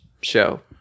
show